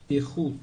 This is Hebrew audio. פתיחות,